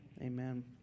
Amen